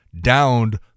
downed